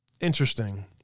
Interesting